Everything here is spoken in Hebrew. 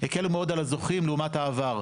שהקלו מאוד על הזוכים לעומת העבר.